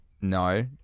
No